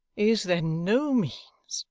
is there no means,